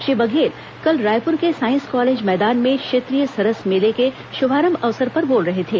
श्री बघेल कल रायपुर के साईस कॉलेज मैदान में क्षेत्रीय सरस मेले के शुभारंभ अवसर पर बोल रहे थे